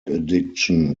addiction